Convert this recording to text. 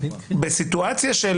בסיטואציה של